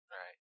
right